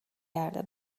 کرده